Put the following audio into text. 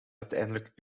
uiteindelijk